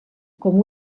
com